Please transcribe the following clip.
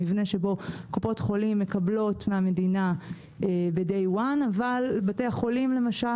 המבנה שבו קופת חולים מקבלות מהמדינה בדיי וואן אבל בתי החולים למשל